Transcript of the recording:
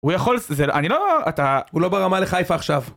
הוא יכול... זה... אני לא... אתה... הוא לא ברמה לחיפה עכשיו.